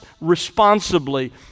responsibly